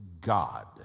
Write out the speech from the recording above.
God